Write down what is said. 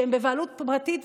שהם בבעלות פרטית.